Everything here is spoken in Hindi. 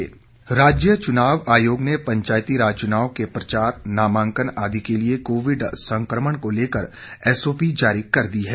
प्रचार एसओपी राज्य चुनाव आयोग ने पंचायती राज चुनाव के प्रचार नामांकन आदि के लिये कोविड संक्रमण को लेकर एसओपी जारी कर दी है